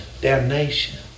damnation